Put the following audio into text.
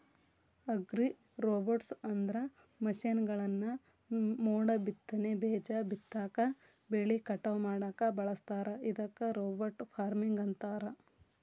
ಅಗ್ರಿರೋಬೊಟ್ಸ್ಅಂದ್ರ ಮಷೇನ್ಗಳನ್ನ ಮೋಡಬಿತ್ತನೆ, ಬೇಜ ಬಿತ್ತಾಕ, ಬೆಳಿ ಕಟಾವ್ ಮಾಡಾಕ ಬಳಸ್ತಾರ ಇದಕ್ಕ ರೋಬೋಟ್ ಫಾರ್ಮಿಂಗ್ ಅಂತಾರ